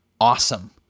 awesome